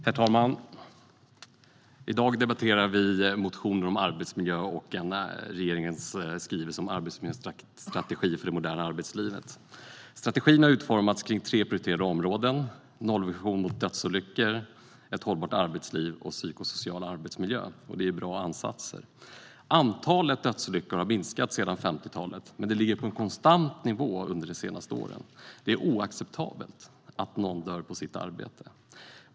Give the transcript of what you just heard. Herr talman! I dag debatterar vi motioner om arbetsmiljö och regeringens skrivelse om en arbetsmiljöstrategi för det moderna arbetslivet. Strategin har utformats kring tre prioriterade områden: nollvision mot dödsolyckor, ett hållbart arbetsliv och psykosocial arbetsmiljö. Det är bra ansatser. Antalet dödsolyckor har minskat sedan 50-talet, men det har legat på en konstant nivå under de senaste åren. Det är oacceptabelt att människor dör på sitt arbete.